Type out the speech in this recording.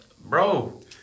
Bro